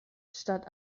statt